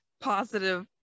positive